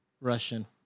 Russian